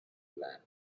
land